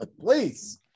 please